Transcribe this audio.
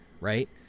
Right